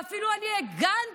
ואפילו אני הגנתי,